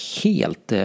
helt